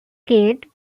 killed